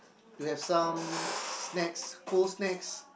to have some snacks cold snacks